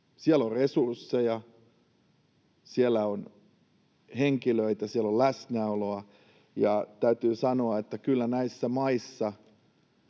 Siellä on resursseja, siellä on henkilöitä, siellä on läsnäoloa, ja täytyy sanoa, että kyllä näissä maissa